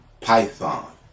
python